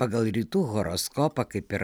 pagal rytų horoskopą kaip yra